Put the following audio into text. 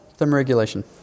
thermoregulation